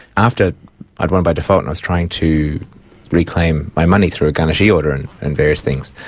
after i'd won by default and i was trying to reclaim my money through a garnishee order and and various things,